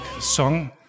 song